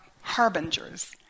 harbingers